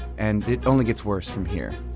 and it only gets worse from here.